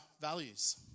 values